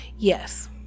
yes